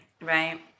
right